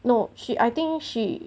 no she I think she